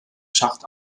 schacht